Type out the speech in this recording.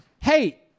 Hey